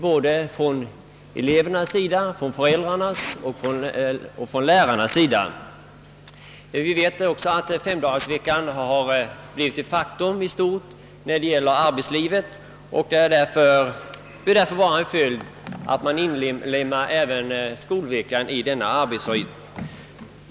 Såväl föräldrar och ele ver som lärare har varit nöjda. Vi vet också att 5-dagarsveckan i stort sett blivit ett faktum när det gäller arbetslivet, och det bör därför vara naturligt att skolans verksamhet anpassas till denna arbetsrytm.